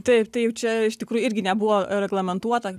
taip tai jau čia iš tikrųjų irgi nebuvo reglamentuota